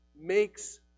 makes